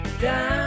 down